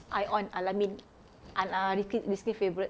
I on al-amin al~ uh riskin's riskin's favourite